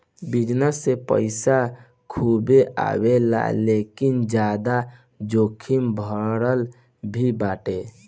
business से पईसा खूबे आवेला लेकिन ज्यादा जोखिम भरा भी बाटे